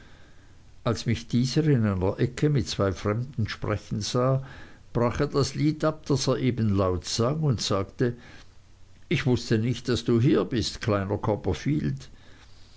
als mich dieser in einer ecke mit zwei fremden sprechen sah brach er das lied ab das er eben laut sang und sagte ich wußte nicht daß du hier bist kleiner copperfield